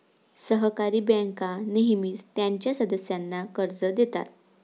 सहकारी बँका नेहमीच त्यांच्या सदस्यांना कर्ज देतात